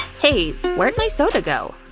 hey, where'd my soda go?